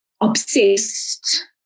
obsessed